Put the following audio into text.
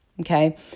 Okay